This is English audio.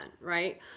Right